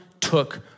took